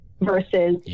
versus